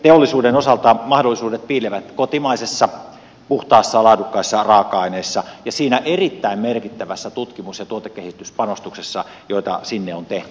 elintarviketeollisuuden osalta mahdollisuudet piilevät kotimaisissa puhtaissa laadukkaissa raaka aineissa ja siinä erittäin merkittävässä tutkimus ja tuotekehityspanostuksessa joita sinne on tehty